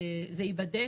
זה ייבדק,